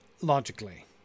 logically